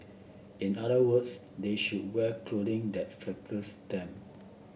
in other words they should wear clothing that flatters them